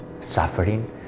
suffering